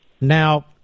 Now